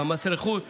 גם מס רכוש,